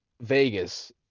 Vegas